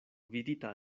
vidita